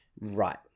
right